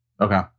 okay